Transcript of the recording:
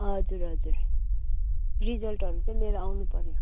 हजुर हजुर रिजल्टहरू चाहिँ लिएर आउनु पऱ्यो